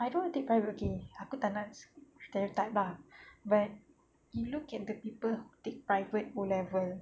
I don't want to take private okay aku tak nak stereotype ah but you look at the people who take private O level